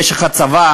יש לך צבא,